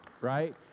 right